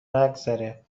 نگذره